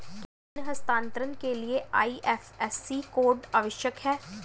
क्या धन हस्तांतरण के लिए आई.एफ.एस.सी कोड आवश्यक है?